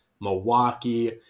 Milwaukee